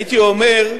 הייתי אומר,